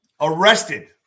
Arrested